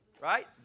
Right